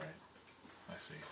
right i see